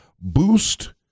boost